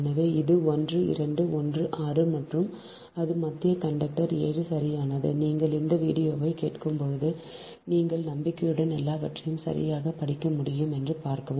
எனவே இது 1 2 1 6 மற்றும் இது மத்திய கண்டக்டர் 7 சரியானது நீங்கள் இந்த வீடியோவைக் கேட்கும்போது நீங்கள் நம்பிக்கையுடன் எல்லாவற்றையும் சரியாகப் படிக்க முடியும் என்று பார்க்கவும்